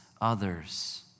others